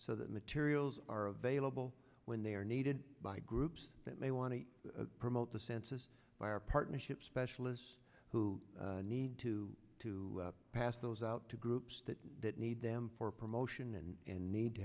so that materials are available when they are needed by groups that may want to promote the census by our partnership specialists who need to to pass those out to groups that need them for promotion and in need to